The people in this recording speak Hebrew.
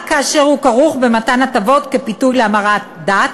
כאשר הוא כרוך במתן הטבות כפיתוי להמרת דת.